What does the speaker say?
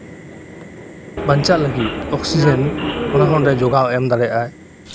ᱵᱟᱧᱪᱟᱜ ᱞᱟᱹᱜᱤᱫ ᱚᱠᱥᱤᱡᱮᱱ ᱚᱱᱟᱦᱚᱸ ᱚᱸᱰᱮ ᱡᱚᱜᱟᱣ ᱮᱢ ᱫᱟᱲᱮᱣᱟᱜᱼᱟᱭ